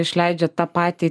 išleidžia tą patį